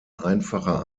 einfacher